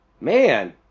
man